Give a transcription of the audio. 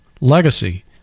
Legacy